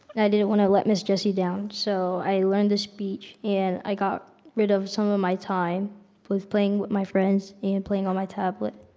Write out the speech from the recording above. i didn't want to let miss jessie down so i learned the speech and i got rid of some of my time with playing with my friends and playing on my tablet.